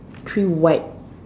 three white